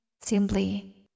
Simply